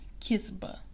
Kisba